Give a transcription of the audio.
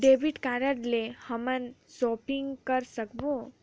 Debit card ले हमन shopping करे सकबो?